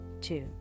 Two